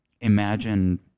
imagine